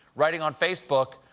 writing on facebook,